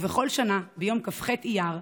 ובכל שנה ביום כ"ח אייר,